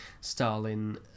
Stalin